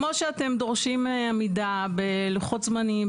כמו שאתם דורשים עמידה בלוחות זמנים,